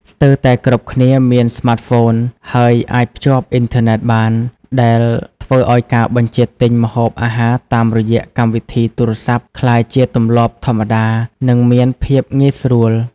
ស្ទើរតែគ្រប់គ្នាមានស្មាតហ្វូន ហើយអាចភ្ជាប់អ៊ីនធឺណិតបាន ដែលធ្វើឱ្យការបញ្ជាទិញម្ហូបអាហារតាមរយៈកម្មវិធីទូរស័ព្ទក្លាយជាទម្លាប់ធម្មតា និងមានភាពងាយស្រួល។